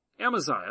Amaziah